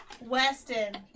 Weston